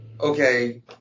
okay